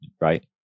right